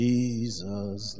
Jesus